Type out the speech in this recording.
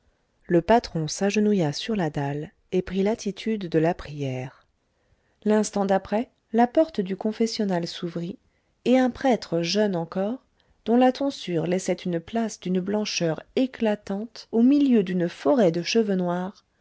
le patron s'agenouilla sur la dalle et prit l'attitude de la prière l'instant d'après la porte du confessionnal s'ouvrit et un prêtre jeune encore dont la tonsure laissait une place d'une blancheur éclatante au milieu d'une forêt de cheveux noirs